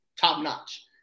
top-notch